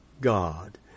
God